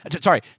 sorry